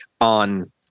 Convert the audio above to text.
on